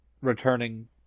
returning